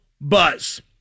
buzz